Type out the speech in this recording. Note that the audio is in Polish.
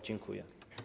Dziękuję.